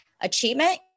achievement